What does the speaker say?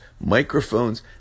microphones